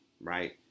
right